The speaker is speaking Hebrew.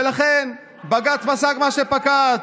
ולכן בג"ץ פסק מה שפסק.